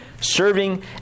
serving